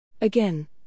Again